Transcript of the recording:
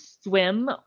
swim